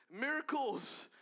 miracles